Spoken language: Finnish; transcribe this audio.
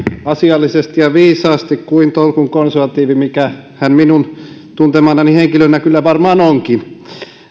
asiallisesti ja viisaasti kuin tolkun konservatiivi mikä hän minun tuntemanani henkilönä kyllä varmaan onkin